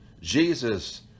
Jesus